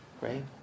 right